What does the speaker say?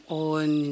on